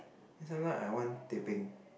then sometimes I want teh peng